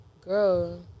Girl